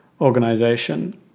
organization